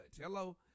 hello